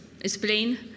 explain